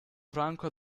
franco